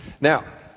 Now